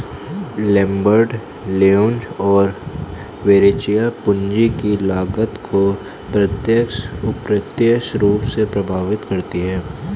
Lambert, Leuz और Verrecchia, पूंजी की लागत को प्रत्यक्ष, अप्रत्यक्ष रूप से प्रभावित करती है